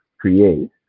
create